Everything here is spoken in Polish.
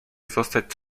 zostać